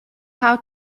how